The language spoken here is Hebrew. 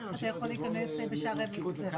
אתה יכול להיכנס בשערי בית הספר.